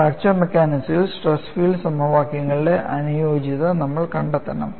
fracture മെക്കാനിക്സിൽ stress field സമവാക്യങ്ങളുടെ അനുയോജ്യത നമ്മൾ കണ്ടെത്തണം